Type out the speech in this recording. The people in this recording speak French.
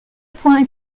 point